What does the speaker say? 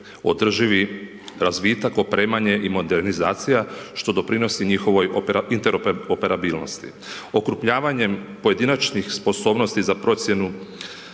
održivi razvitak, opremanje i modernizacija što doprinosi njihovoj interoperabilnosti. Okrupljavanjem pojedinačnih sposobnosti za procjenu,